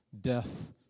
death